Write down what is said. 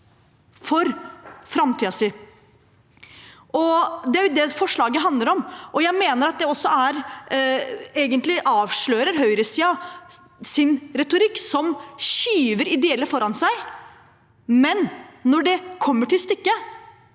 for framtiden sin, og det er det forslaget handler om. Jeg mener at det egentlig avslører høyresidens retorikk, som skyver ideelle foran seg. Men når det kommer til stykket,